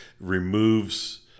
Removes